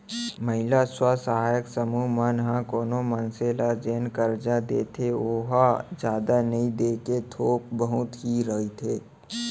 महिला स्व सहायता समूह मन ह कोनो मनसे ल जेन करजा देथे ओहा जादा नइ देके थोक बहुत ही रहिथे